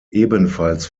ebenfalls